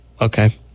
Okay